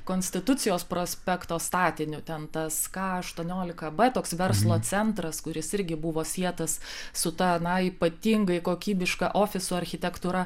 konstitucijos prospekto statiniu ten tas ka aštuoniolika b ten toks verslo centras kuris irgi buvo sietas su ta na ypatingai kokybiška ofisų architektūra